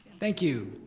thank you.